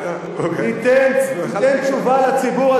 תיתן תשובה לציבור,